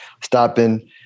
stopping